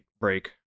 break